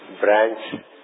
branch